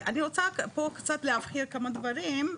אני רוצה להבהיר פה כמה דברים,